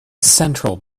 central